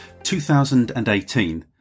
2018